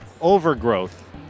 overgrowth